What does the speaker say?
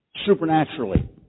Supernaturally